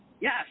Yes